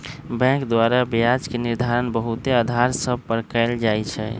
bank द्वारा ब्याज के निर्धारण बहुते अधार सभ पर कएल जाइ छइ